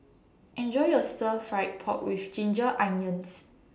Enjoy your Stir Fry Pork with Ginger Onions